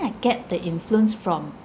I get the influence from